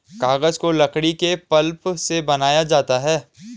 कागज को लकड़ी के पल्प से बनाया जाता है